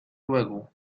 luego